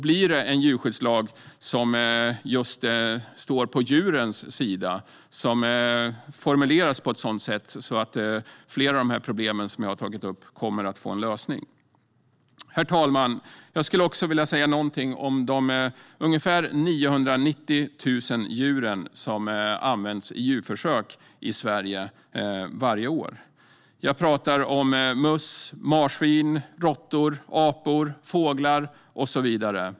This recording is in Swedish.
Blir det en djurskyddslag som just står på djurens sida och som formuleras på ett sådant sätt att flera av de problem som jag har tagit upp kommer att få en lösning? Herr talman! Jag skulle också vilja säga något om de ungefär 990 000 djur som varje år används i djurförsök i Sverige. Jag pratar om möss, marsvin, råttor, apor, fåglar och så vidare.